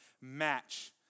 match